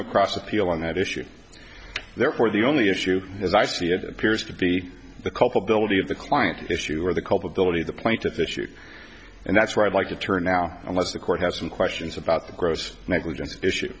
no cross appeal on that issue therefore the only issue as i see it appears to be the culpability of the client issue or the culpability of the plaintiff issue and that's where i'd like to turn now unless the court has some questions about the gross negligence issue